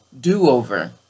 do-over